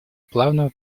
плавного